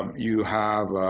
um you have